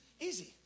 Easy